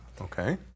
okay